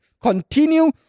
Continue